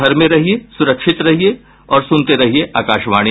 घर में रहिये सुरक्षित रहिये और सुनते रहिये आकाशवाणी